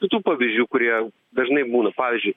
kitų pavyzdžių kurie dažnai būna pavyzdžiui